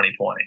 2020